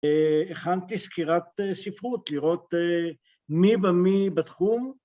‫הכנתי סקירת ספרות, ‫לראות מי ומי בתחום.